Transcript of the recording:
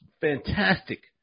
Fantastic